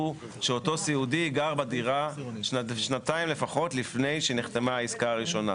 הוא שאותו סיעודי גר בדירה שנתיים לפחות לפני שנחתמה העסקה הראשונה.